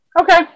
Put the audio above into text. Okay